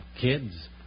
Kids